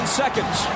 seconds